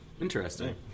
Interesting